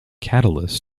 catalysts